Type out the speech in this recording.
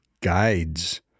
guides